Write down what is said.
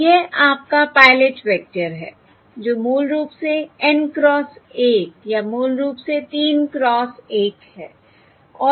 यह आपका pilot vector है जो मूल रूप से N क्रॉस 1 या मूल रूप से 3 क्रॉस 1 है